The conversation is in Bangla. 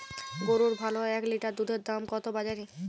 গরুর ভালো এক লিটার দুধের দাম কত বাজারে?